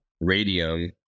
radium